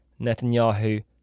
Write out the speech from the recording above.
Netanyahu